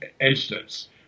instance